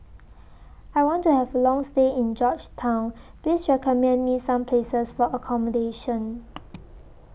I want to Have A Long stay in Georgetown Please recommend Me Some Places For accommodation